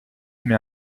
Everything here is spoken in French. met